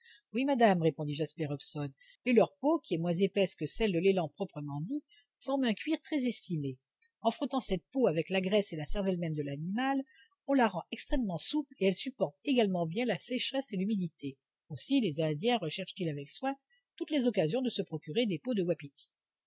oui madame répondit jasper hobson et leur peau qui est moins épaisse que celle de l'élan proprement dit forme un cuir très estimé en frottant cette peau avec la graisse et la cervelle même de l'animal on la rend extrêmement souple et elle supporte également bien la sécheresse et l'humidité aussi les indiens recherchent ils avec soin toutes les occasions de se procurer des peaux de wapitis